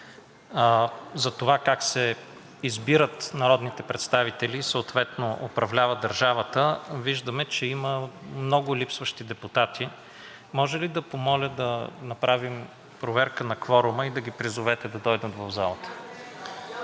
за това как се избират народните представители и съответно се управлява държавата виждаме, че има много липсващи депутати. Може ли да помоля да направим проверка на кворума и да ги призовете да дойдат в залата.